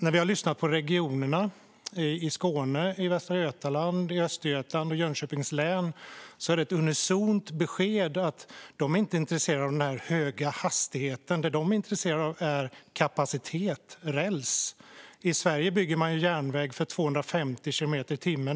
När vi har lyssnat på regionerna i Skåne, i Västra Götaland, i Östergötland och i Jönköpings län får vi ett unisont besked att de inte är intresserade av den höga hastigheten. Det de är intresserade av är kapacitet, räls. I Sverige bygger man järnväg för 250 kilometer i timmen.